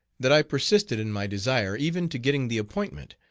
that i persisted in my desire even to getting the appointment,